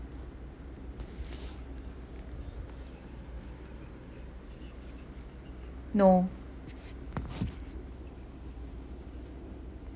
no